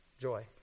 Joy